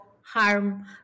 harm